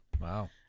Wow